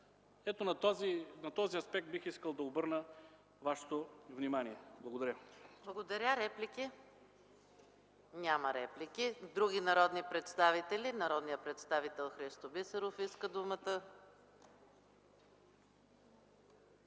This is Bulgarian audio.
Ето на този аспект бих искал да обърна вашето внимание. Благодаря. ПРЕДСЕДАТЕЛ ЕКАТЕРИНА МИХАЙЛОВА: Благодаря. Реплики? Няма реплики. Други народни представители? Народният представител Христо Бисеров иска думата.